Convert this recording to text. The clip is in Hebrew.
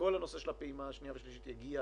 שכל הנושא של הפעימה השנייה והשלישית יגיע